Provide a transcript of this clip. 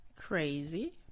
Crazy